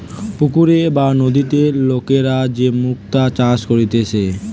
পুকুরে বা নদীতে লোকরা যে মুক্তা চাষ করতিছে